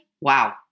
Wow